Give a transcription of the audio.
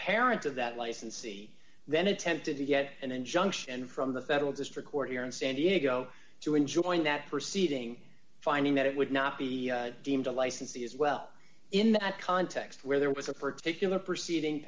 parents of that licensee then attempted to get an injunction from the federal district court here in san diego to enjoin that proceeding finding that it would not be deemed a licensee as well in that context where there was a particular proceeding